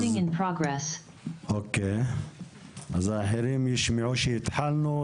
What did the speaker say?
אז האחרים ישמעו שהתחלנו,